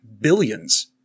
billions